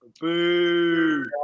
Boo